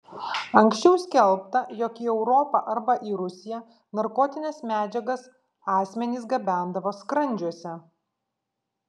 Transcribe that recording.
anksčiau skelbta jog į europą arba į rusiją narkotines medžiagas asmenys gabendavo skrandžiuose